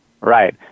Right